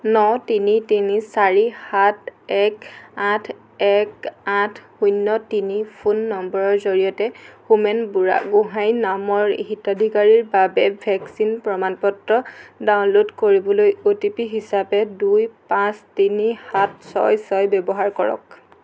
ন তিনি তিনি চাৰি সাত এক আঠ এক আঠ শূন্য তিনি ফোন নম্বৰৰ জৰিয়তে হোমেন বুঢ়াগোহাঁঞি নামৰ হিতাধিকাৰীৰ বাবে ভেকচিন প্ৰমাণ পত্ৰ ডাউনলোড কৰিবলৈ অ'টিপি হিচাপে দুই পাঁচ তিনি সাত ছয় ছয় ব্যৱহাৰ কৰক